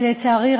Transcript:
לצערי,